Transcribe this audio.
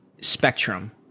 spectrum